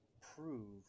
prove